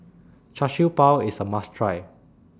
Char Siew Bao IS A must Try